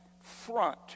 front